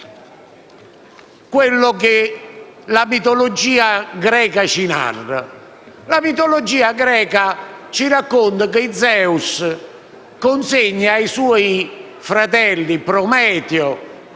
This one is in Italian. ci narra. La mitologia greca ci racconta che Zeus consegna ai suoi fratelli Prometeo